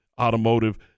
automotive